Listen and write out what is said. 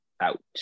out